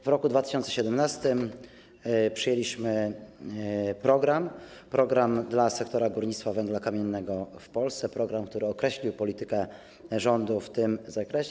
W roku 2017 przyjęliśmy program dla sektora górnictwa węgla kamiennego w Polsce, program, który określił politykę rządu w tym zakresie.